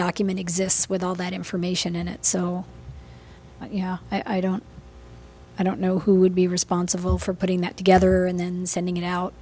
document exists with all that information in it so you know i don't i don't know who would be responsible for putting that together and then sending it out